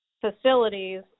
facilities